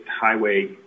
highway